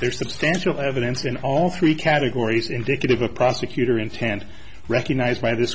there's substantial evidence in all three categories indicative of prosecutor intent recognized by this